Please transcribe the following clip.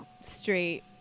straight